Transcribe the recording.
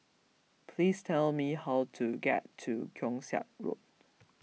please tell me how to get to Keong Saik Road